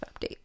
update